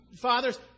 fathers